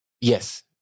yes